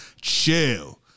chill